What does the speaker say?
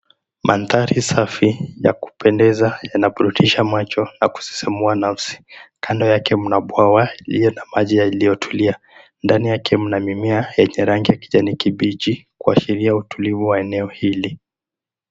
Mandhari safi ya kupendeza yanaburudisha macho na kusisimua nafsi. Kando yake mna bwawa lililo na maji yaliyotulia. Ndani yake mna mimea yenye rangi ya kijanikibichi kuashiria utulivu wa eneo hili.